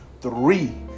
three